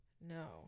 No